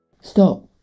Stop